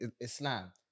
Islam